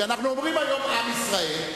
כשאנחנו אומרים היום "עם ישראל",